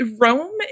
rome